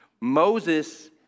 Moses